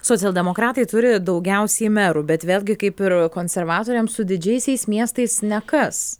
socialdemokratai turi daugiausiai merų bet vėlgi kaip ir konservatoriams su didžiaisiais miestais nekas